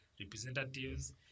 Representatives